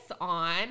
on